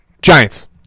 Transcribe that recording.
Giants